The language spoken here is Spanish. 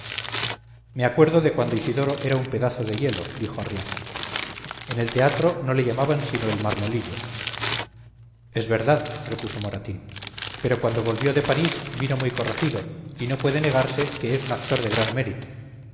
me acuerdo de cuando isidoro era un pedazo de hielo dijo arriaza en el teatro no le llamaban sino el marmolillo es verdad repuso moratín pero cuando volvió de parís vino muy corregido y no puede negarse que es un actor de gran mérito